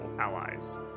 allies